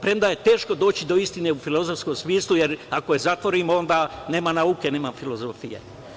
Premda je teško doći do istine u filozofskom smislu, jer ako je zatvorimo onda nema nauke, nema filozofije.